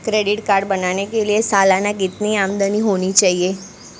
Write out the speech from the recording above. Credit card बनाने के लिए सालाना कितनी आमदनी होनी चाहिए?